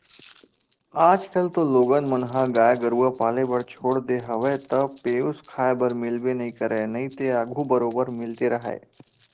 आजकल तो लोगन मन ह गाय गरुवा पाले बर छोड़ देय हवे त पेयूस खाए बर मिलबे नइ करय नइते आघू बरोबर मिलते राहय